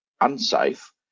unsafe